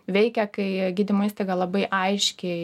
veikia kai gydymo įstaiga labai aiškiai